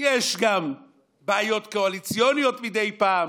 יש גם בעיות קואליציוניות מדי פעם,